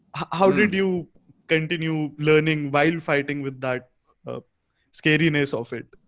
how did you continue learning while fighting with that ah scariness of it